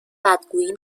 بدگویی